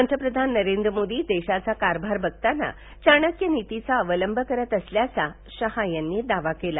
पंतप्रधान नरेंद्र मोदी देशाचा कारभार बघताना चाणक्यनीतीचा अवलंबत करत असल्याचा शहा यांनी दावा केला